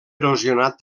erosionat